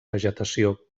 vegetació